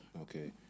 Okay